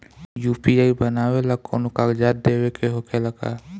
UPI बनावेला कौनो कागजात देवे के होखेला का?